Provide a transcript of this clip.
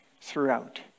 throughout